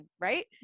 right